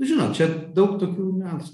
žinot čia daug tokių niuansų